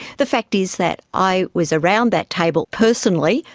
the fact is that i was around that table personally,